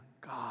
God